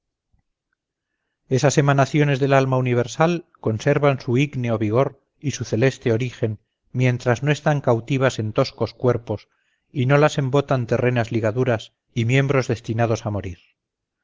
esas emanaciones del alma universal conservan su ígneo vigor y su celeste origen mientras no están cautivas en toscos cuerpos y no las embotan terrenas ligaduras y miembros destinados a morir